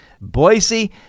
Boise